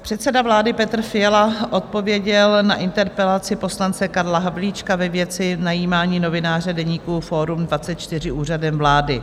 Předseda vlády Petr Fiala odpověděl na interpelaci poslance Karla Havlíčka ve věci najímání novináře deníku Forum24 Úřadem vlády.